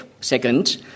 Second